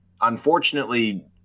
unfortunately